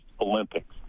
Olympics